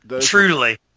truly